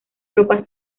tropas